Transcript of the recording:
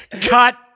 Cut